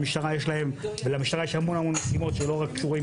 למשטרה יש המון משימות שלא רק קשורות